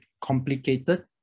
complicated